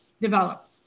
develop